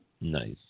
Nice